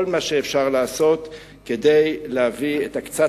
כל מה שאפשר לעשות כדי להביא את קצת